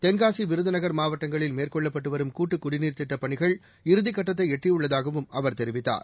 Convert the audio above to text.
தென்காசி விருதுநகர் மாவட்டங்களில் மேற்கொள்ளப்பட்டு வரும் கூட்டுக் குடிநீர் திட்டப் பணிகள் இறுதிகட்டத்தை எட்டியுள்ளதாகவும் அவர் தெரிவித்தார்